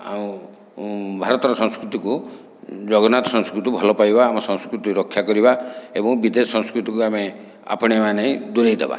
ଆଉ ଭାରତର ସଂସ୍କୃତିକୁ ଜଗନ୍ନାଥ ସଂସ୍କୃତିକୁ ଭଲ ପାଇବା ଆମ ସଂସ୍କୃତିକୁ ରକ୍ଷା କରିବା ଏବଂ ବିଦେଶ ସଂସ୍କୃତିକୁ ଆମେ ଆପଣାଇବା ନାହିଁ ଦୂରେଇ ଦେବା